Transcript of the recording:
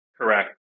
Correct